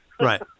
Right